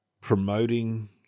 promoting